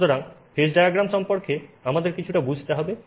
সুতরাং phase diagram সম্পর্কে আমাদের কিছুটা বুঝতে হবে